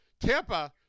Tampa